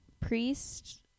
Priest